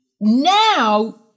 Now